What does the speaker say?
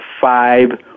five